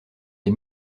des